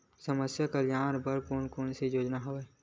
समस्या कल्याण बर कोन कोन से योजना हवय?